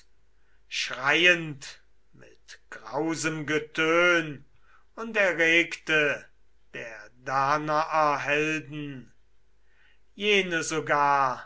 schreiend mit grausem getön und erregte der danaer helden jene sogar